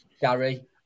Gary